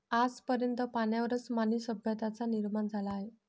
आज पर्यंत पाण्यावरच मानवी सभ्यतांचा निर्माण झाला आहे